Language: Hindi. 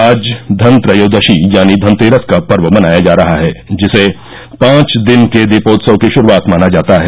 आज धनत्रयोदशी यानी धनतेरस का पर्व मनाया जा रहा है जिसे पांच दिन के दीपोत्सव की शुरूआत माना जाता है